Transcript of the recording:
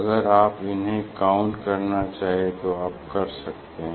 अगर आप इन्हें काउंट करना चाहें तो आप कर सकते हैं